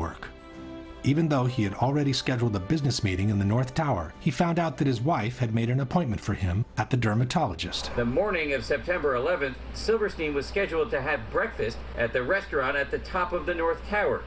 work even though he had already scheduled a business meeting in the north tower he found out that his wife had made an appointment for him at the dermatologist the morning of september eleventh so risky was scheduled to have breakfast at the restaurant at the top of the north tower